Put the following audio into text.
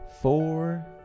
four